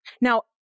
Now